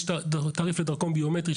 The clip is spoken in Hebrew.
יש תעריף לדרכון ביומטרי,